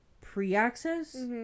pre-access